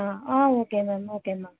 ஆ ஆ okay ma'am okay ma'am